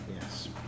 Yes